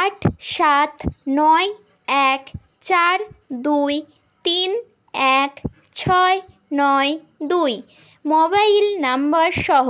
আট সাত নয় এক চার দুই তিন এক ছয় নয় দুই মোবাইল নাম্বার সহ